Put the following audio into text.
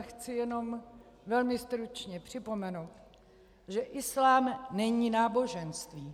Chci jenom velmi stručně připomenout, že islám není náboženství.